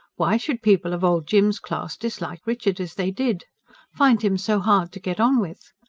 why should people of old jim's class dislike richard as they did find him so hard to get on with?